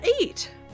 eat